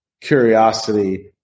curiosity